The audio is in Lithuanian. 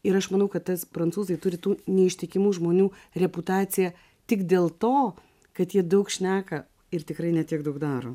ir aš manau kad tas prancūzai turi tų neištikimų žmonių reputaciją tik dėl to kad jie daug šneka ir tikrai ne tiek daug daro